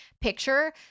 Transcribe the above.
picture